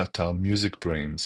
באתר MusicBrainz